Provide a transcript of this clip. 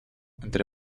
entre